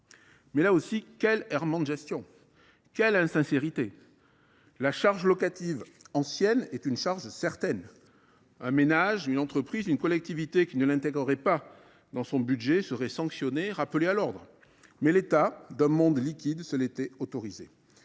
Mais, là aussi, quels errements dans la gestion ! Quelle insincérité ! La charge locative ancienne est une charge certaine. Un ménage, une entreprise, une collectivité qui ne l’intégrerait pas dans son budget serait sanctionné, rappelé à l’ordre. Mais l’État « d’un monde liquide » se l’était autorisé…